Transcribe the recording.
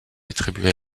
attribuée